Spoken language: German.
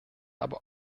aber